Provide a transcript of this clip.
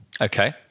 Okay